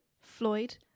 Floyd